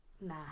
nah